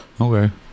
Okay